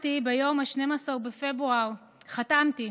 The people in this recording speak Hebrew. חתמתי